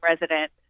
resident